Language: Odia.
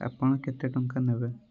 ଆପଣ କେତେ ଟଙ୍କା ନେବେ